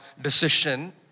decision